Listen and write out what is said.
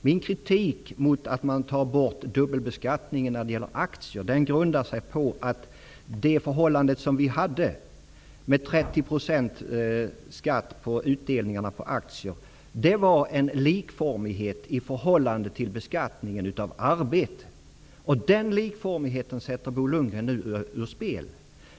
Min kritik mot att man tar bort dubbelbeskattningen av aktier grundar sig på att den 30-procentiga beskattningen av utdelningar på aktier innebar en likformighet i förhållande till beskattningen av arbete. Den likformigheten sätter Bo Lundgren nu ur spel.